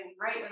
right